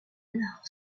nord